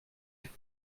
être